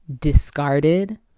discarded